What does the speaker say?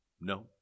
No